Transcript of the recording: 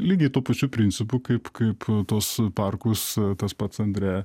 lygiai tuo pačiu principu kaip kaip tuos parkus tas pats andre